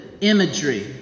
imagery